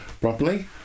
properly